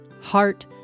heart